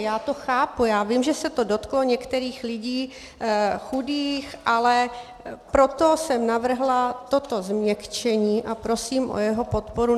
Já to chápu, já vím, že se to dotklo některých lidí chudých, ale proto jsem navrhla toto změkčení a prosím o jeho podporu.